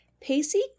pacey